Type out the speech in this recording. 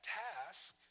task